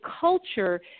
culture